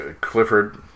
Clifford